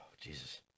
Jesus